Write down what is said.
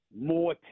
more